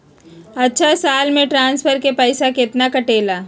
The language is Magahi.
अछा साल मे ट्रांसफर के पैसा केतना कटेला?